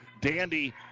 dandy